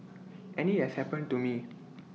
and IT has happened to me